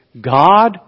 God